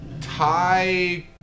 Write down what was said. Thai